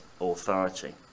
authority